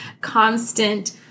constant